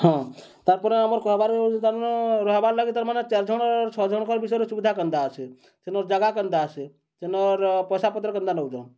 ହଁ ତାର୍ ପରେ ଆମର୍ କହେବାର୍ ତାର୍ମାନେ ରହେବାର୍ ଲାଗି ତାର୍ମାନେ ଚାରିଜଣ ଛଅ ଜଣଙ୍କ ବିଷୟରେ ସୁବିଧା କେନ୍ତା ଆସେ ସେନର୍ ଜାଗା କେନ୍ତା ଆସେ ସେନର୍ ପଏସା ପତର୍ କେନ୍ତା ନଉଚନ୍